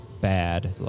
bad